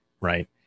right